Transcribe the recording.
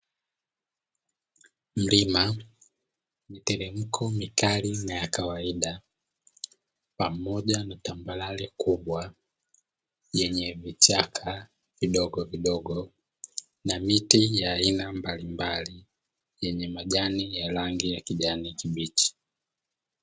Mlima wenye mteremko mkali na wakawaida, pamoja na tambarare kubwa yenye vichaka vidogo vidogo na miti yenye rangi mbalimbali yenye majani ya rangi ya kijani kibichi.